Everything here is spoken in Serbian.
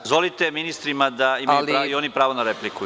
Dozvolite ministrima, imaju i oni pravo na repliku.